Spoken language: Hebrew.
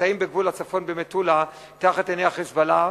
מטעים בגבול הצפון במטולה, תחת עיני ה"חיזבאללה".